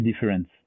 difference